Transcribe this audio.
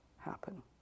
Happen